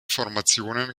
formationen